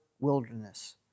wilderness